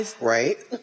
Right